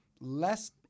less